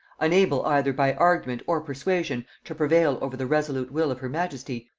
unable either by argument or persuasion to prevail over the resolute will of her majesty,